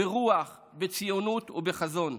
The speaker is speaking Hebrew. ברוח, בציונות ובחזון.